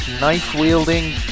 knife-wielding